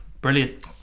brilliant